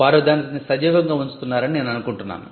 వారు దానిని సజీవంగా ఉంచుతున్నారని నేను అనుకుంటున్నాను